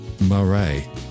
Murray